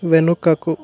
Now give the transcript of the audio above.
వెనుకకు